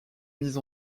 mise